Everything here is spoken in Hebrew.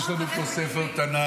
יש לנו פה ספר תנ"ך,